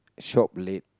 shop late